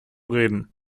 reden